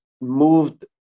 moved